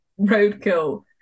roadkill